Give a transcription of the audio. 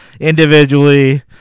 Individually